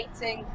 waiting